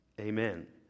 Amen